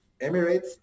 Emirates